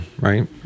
right